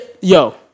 Yo